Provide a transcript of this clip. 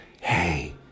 hey